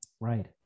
Right